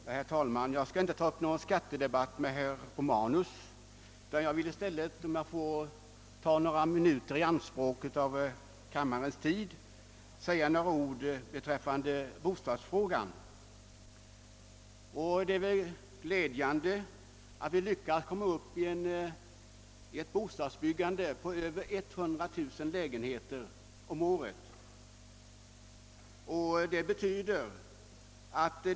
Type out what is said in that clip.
Herr talman! Jag skall inte ta upp någon skattedebatt med herr Romanus, utan vill i stället, om jag får ta några minuter av kammarens tid i anspråk, säga några ord om bostadsfrågan. Det är glädjande att vi lyckats nå upp till ett bostadsbyggande på över 100 000 lägenheter om året.